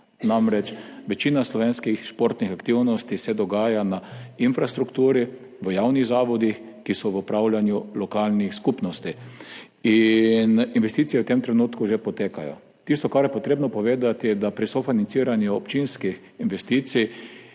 namreč večina slovenskih športnih aktivnosti se dogaja na infrastrukturi, v javnih zavodih, ki so v upravljanju lokalnih skupnosti. Investicije v tem trenutku že potekajo. Tisto, kar je treba povedati, da je pri sofinanciranju občinskih investicij